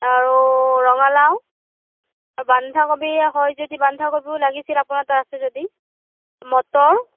আৰু ৰঙালাও আৰু বন্ধাকবি হয় যদি বন্ধাকবিও লাগিছিল আপোনাৰ তাত আছে যদি মটৰ